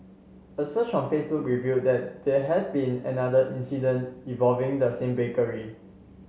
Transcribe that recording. a search on Facebook revealed that there had been another incident involving the same bakery